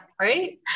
right